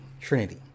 trinity